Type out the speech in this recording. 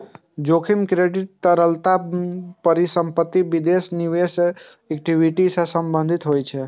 जोखिम क्रेडिट, तरलता, परिसंपत्ति, विदेशी निवेश, इक्विटी सं संबंधित होइ छै